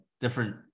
different